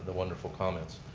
ah wonderful comments.